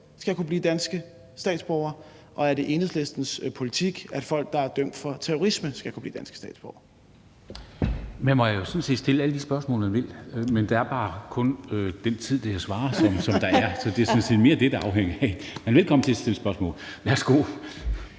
skal kunne blive danske statsborgere, og er det Enhedslistens politik, at folk, der er dømt for terrorisme, skal kunne blive danske statsborgere? Kl. 17:53 Formanden (Henrik Dam Kristensen): Man må sådan set stille alle de spørgsmål, man vil, men der er bare kun den tid til at svare, som der er, så det er sådan set mere det, det afhænger af. Men man er velkommen til at stille flere spørgsmål. Værsgo.